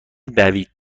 دوید